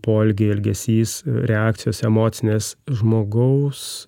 poelgiai elgesys reakcijos emocinės žmogaus